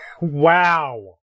Wow